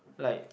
like